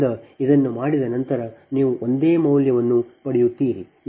ಆದ್ದರಿಂದ ಇದನ್ನು ಮಾಡಿದ ನಂತರ ನೀವು ಒಂದೇ ಮೌಲ್ಯವನ್ನು ಪಡೆಯುತ್ತೀರಿ